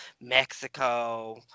Mexico